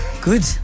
Good